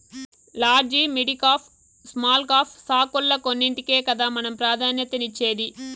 large, midcap, small cap స్టాకుల్ల కొన్నింటికే కదా మనం ప్రాధాన్యతనిచ్చేది